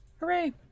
hooray